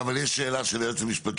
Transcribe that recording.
יש שאלה של היועץ המשפטי.